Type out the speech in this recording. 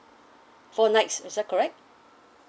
four nights is that correct